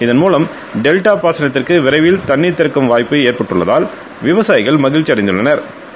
இதன்மூலம் டெல்டா பாசனத்திற்கு விரைவில் தண்ணீர் திறக்கும் வாய்ப்பு ஏற்பட்டுள்ளதால் விவசாயிகள் மகிழ்ச்சி அடைந்துள்ளனா்